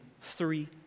three